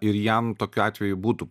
ir jam tokiu atveju būtų